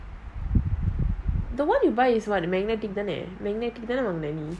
the one you buy is what magnetic தானேவாங்குனநீ:thane vanguna nee